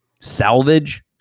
salvage